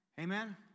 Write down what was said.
Amen